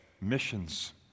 missions